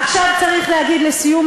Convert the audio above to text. עכשיו צריך להגיד לסיום,